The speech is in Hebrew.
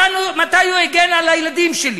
מתי הוא הגן על הילדים שלי,